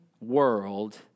world